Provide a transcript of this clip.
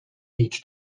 each